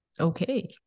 okay